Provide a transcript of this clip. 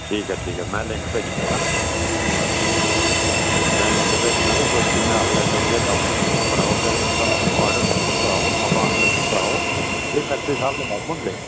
ठीक ऐ ठीक ऐ में लिंक भेजी दिन्ना में लिंक भेजना ते तुस कि'यां आखदे ओह् अग्गै उंदे कम्म करवाओ न सैंक्शनां करवाओ एह् सैक्टरी साहब दे कम्म होंदे